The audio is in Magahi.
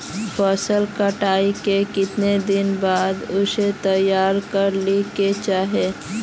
फसल कटाई के कीतना दिन बाद उसे तैयार कर ली के चाहिए?